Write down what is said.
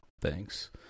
thanks